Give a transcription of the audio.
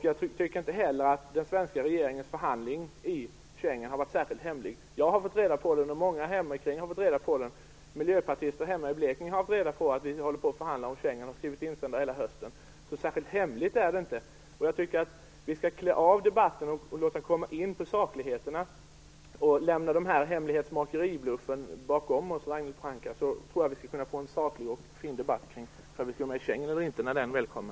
Jag tycker inte heller att den svenska regeringens förhandling i Schengen har varit särskilt hemlig. Jag har fått reda på den, och många där hemma har också fått reda på den. Miljöpartister hemma i Blekinge har haft reda på att vi håller på att förhandla om Schengen och har hållit på och skrivit insändare hela hösten - så särskilt hemligt är det här inte. Jag tycker att vi skall klä av debatten, komma in på sakligheterna och lämna den här hemlighetsmakeribluffen bakom oss, Ragnhild Pohanka. Då tror jag att vi får en saklig och fin debatt kring huruvida vi skall vara med i Schengen eller inte när den väl kommer.